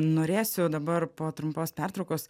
norėsiu dabar po trumpos pertraukos